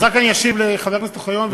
אז רק אני אשיב לחבר הכנסת אוחיון, אפשר?